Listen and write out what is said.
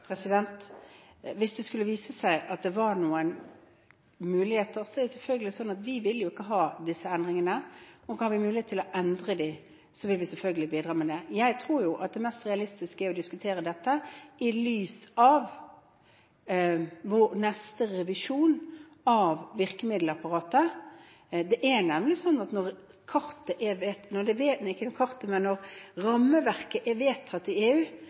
Hvis det skulle vise seg at det var noen muligheter, er det selvfølgelig sånn at vi ikke vil ha disse endringene. Kan vi ha mulighet til å endre dem, vil vi selvfølgelig bidra til det. Jeg tror at det mest realistiske er å diskutere dette i lys av vår neste revisjon av virkemiddelapparatet. Det er nemlig sånn at når rammeverket er vedtatt i EU, er det det alle land må forholde seg til. Så er det et spørsmål om hva som er